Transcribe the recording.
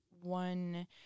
one